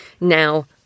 now